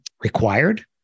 required